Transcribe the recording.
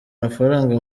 amafaranga